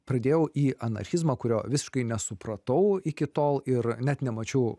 pradėjau į anarchizmą kurio visiškai nesupratau iki tol ir net nemačiau